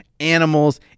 animals